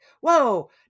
whoa